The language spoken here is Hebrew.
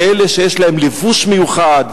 באלה שיש להם לבוש מיוחד,